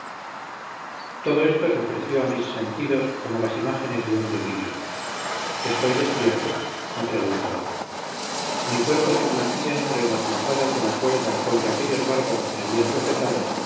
todo esto se ofreció a mis sentidos como las imágenes de un delirio estoy despierto me preguntaba mi cuerpo se blandía entre las lazadas de la cuerda con que aquellos bárbaros le habían sujetado